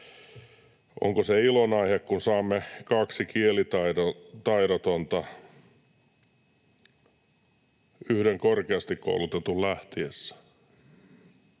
onko se ilonaihe, kun saamme kaksi kielitaidotonta yhden korkeasti koulutetun lähtiessä.